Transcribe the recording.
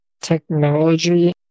technology